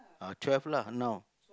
ah twelve lah now